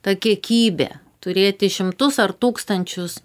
ta kiekybė turėti šimtus ar tūkstančius